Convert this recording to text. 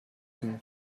cream